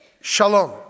shalom